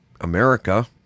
America